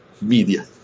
media